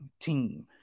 team